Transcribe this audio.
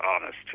honest